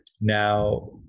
Now